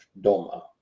doma